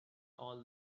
all